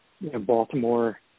Baltimore –